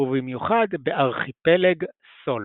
ובמיוחד בארכיפלג סולו.